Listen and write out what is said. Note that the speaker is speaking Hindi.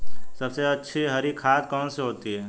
सबसे अच्छी हरी खाद कौन सी होती है?